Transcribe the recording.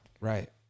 Right